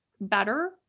better